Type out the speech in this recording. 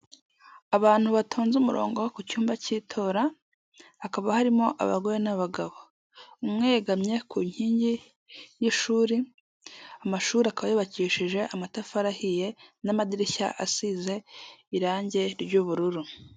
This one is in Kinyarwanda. Abantu batonze umurongo wo ku cyumba cy'itora, hakaba harimo abagore n'abagabo, umwe yegamye ku nkingi y'ishuri, amashuri akaba yubakishije amatafari ahiye, n'amadirishya asize irangi ry'ubururu.